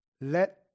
Let